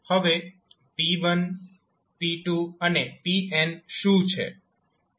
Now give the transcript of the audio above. હવે p1 p2 અને pn શું છે